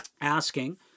asking